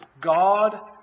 God